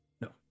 No